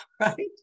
right